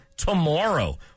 tomorrow